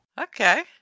okay